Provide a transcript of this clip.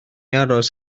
aros